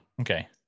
Okay